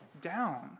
down